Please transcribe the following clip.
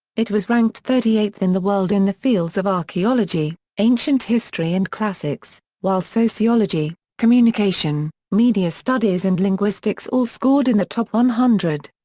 it was ranked thirty eighth in the world in the fields of archaeology, ancient history and classics, while sociology, communication, media studies and linguistics all scored in the top one hundred.